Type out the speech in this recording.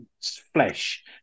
flesh